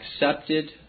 accepted